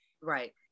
Right